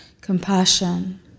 compassion